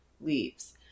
leaves